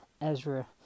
Ezra